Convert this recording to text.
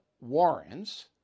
warrants